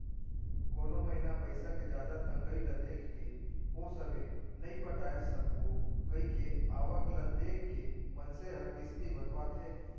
कोनो महिना पइसा के जादा तंगई ल देखके ओ समे नइ पटाय सकबो कइके आवक ल देख के मनसे ह किस्ती बंधवाथे